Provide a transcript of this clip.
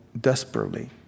desperately